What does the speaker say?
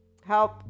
help